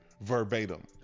verbatim